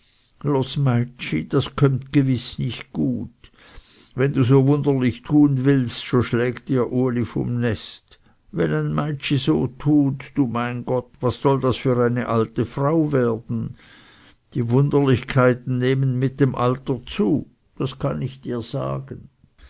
das kömmt gewiß nicht gut wenn du so wunderlich tun willst so schlägt dir uli vom nest wenn ein meitschi so tut du mein gott was soll das für eine alte frau werden die wunderlichkeiten nehmen mit dem alter zu das kann ich dir sagen